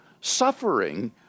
suffering